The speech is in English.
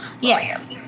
yes